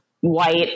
white